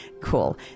Cool